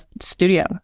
studio